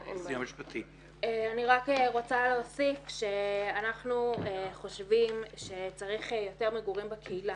אני רק רוצה להוסיף שאנחנו חושבים שצריך יותר מגורים בקהילה.